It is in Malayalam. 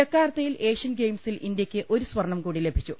ജക്കാർത്തയിൽ ഏഷ്യൻ ഗെയിംസിൽ ഇന്ത്യയ്ക്ക് ഒരു സ്വർണ്ണം കൂടി ലഭിച്ചു